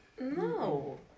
No